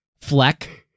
Fleck